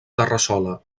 terrassola